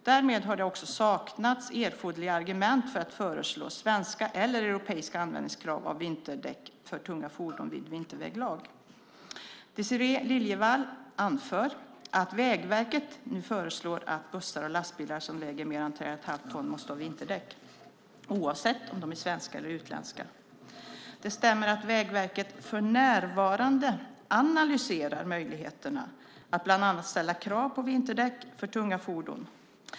Därmed har det saknats erforderliga argument för att föreslå svenska eller europeiska användningskrav av vinterdäck för tunga fordon vid vinterväglag. Désirée Liljevall anför att Vägverket nu föreslår att bussar och lastbilar som väger mer än tre och ett halvt ton måste ha vinterdäck, oavsett om de är svenska eller utländska. Det stämmer att Vägverket för närvarande analyserar möjligheterna att bland annat ställa krav på vinterdäck för tunga fordon.